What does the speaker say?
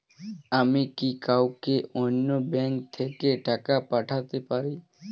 আমি কি কাউকে অন্য ব্যাংক থেকে টাকা পাঠাতে পারি?